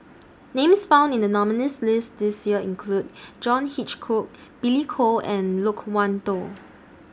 Names found in The nominees' list This Year include John Hitchcock Billy Koh and Loke Wan Tho